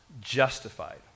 justified